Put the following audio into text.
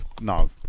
No